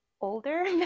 Older